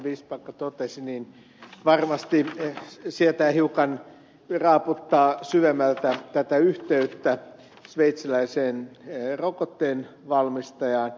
vistbacka totesi niin varmasti sietää hiukan raaputtaa syvemmältä tätä yhteyttä sveitsiläiseen rokotteen valmistajaan